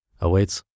awaits